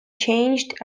changed